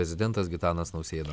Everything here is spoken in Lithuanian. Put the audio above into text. prezidentas gitanas nausėda